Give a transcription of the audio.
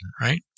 right